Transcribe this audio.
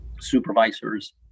supervisors